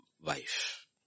wife